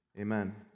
amen